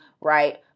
right